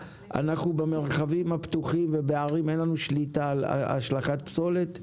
במרחבים הפתוחים ובערים אין לנו שליטה על השלכת פסולת,